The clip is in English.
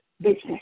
business